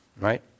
right